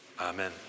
amen